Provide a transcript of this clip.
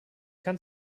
kann